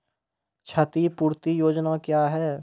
क्षतिपूरती योजना क्या हैं?